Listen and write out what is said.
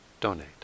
donate